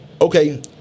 okay